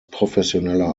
professioneller